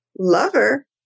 lover